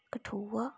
Kathua